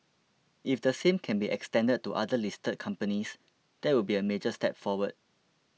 if the same can be extended to the other listed companies that would be a major step forward